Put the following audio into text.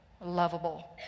lovable